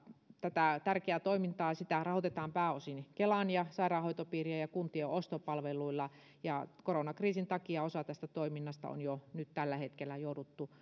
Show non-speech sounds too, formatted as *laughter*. tätä tärkeää toimintaahan rahoitetaan pääosin kelan ja sairaanhoitopiirien ja kuntien ostopalveluilla ja koronakriisin takia osa tästä toiminnasta on jo nyt tällä hetkellä jouduttu *unintelligible*